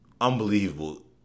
unbelievable